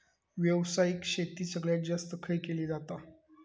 व्यावसायिक शेती सगळ्यात जास्त खय केली जाता?